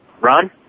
Ron